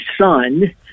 son